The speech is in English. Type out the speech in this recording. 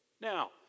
Now